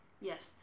Yes